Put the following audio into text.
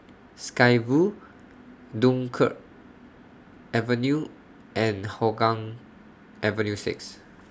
Sky Vue Dunkirk Avenue and Hougang Avenue six